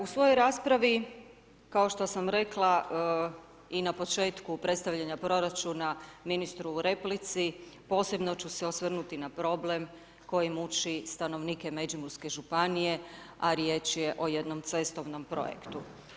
U svojoj raspravi, kao što sam rekla i na početku predstavljanja proračuna ministru u replici posebno ću se osvrnuti na problem koji muči stanovnike Međimurske županije a riječ je o jednom cestovnom projektu.